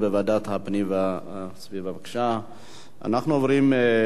אנחנו עוברים להמשך סדר-היום.